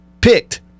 picked